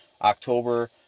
october